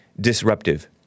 disruptive